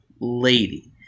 lady